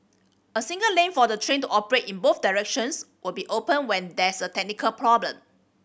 a single lane for the train to operate in both directions will be open when there is a technical problem